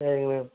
சரிங்க மேம்